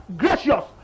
gracious